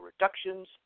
reductions